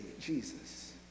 Jesus